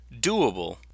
doable